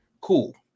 Cool